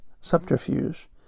subterfuge